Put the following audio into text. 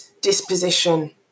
disposition